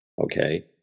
Okay